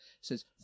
says